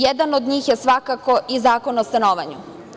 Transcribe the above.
Jedan od njih je svakako i Zakon o stanovanju.